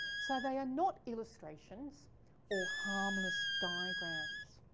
so they are not illustrations or harmless diagrams.